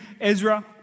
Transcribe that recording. Ezra